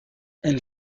elle